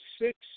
six